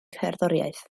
cerddoriaeth